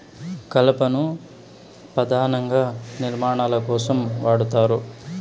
కలపను పధానంగా నిర్మాణాల కోసం వాడతారు